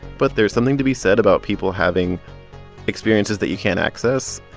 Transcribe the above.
but there's something to be said about people having experiences that you can't access.